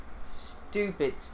stupid